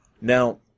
Now